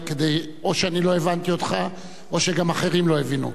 או שאני לא הבנתי אותך או שגם אחרים לא הבינו.